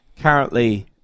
currently